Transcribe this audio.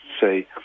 say